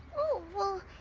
oh well,